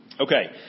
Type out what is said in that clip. Okay